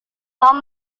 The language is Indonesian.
tom